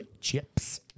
Chips